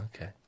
okay